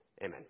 Amen